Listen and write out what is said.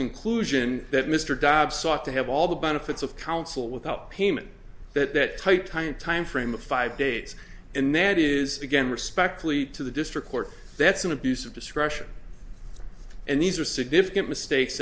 conclusion that mr dobson ought to have all the benefits of counsel without payment that time frame of five days and that is again respectfully to the district court that's an abuse of discretion and these are significant mistakes